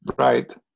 right